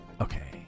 Okay